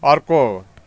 अर्को